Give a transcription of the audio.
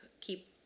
keep